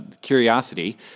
Curiosity